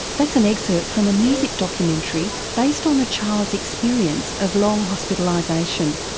that's an excerpt from a music documentary based on a child's experience of long hospitalisation.